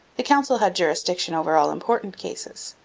the council had jurisdiction over all important cases,